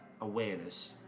awareness